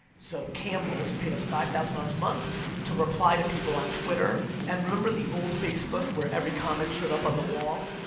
so campbell's paid us five thousand dollars a month to reply to people on twitter. and remember the old facebook, where every comment showed up on the wall?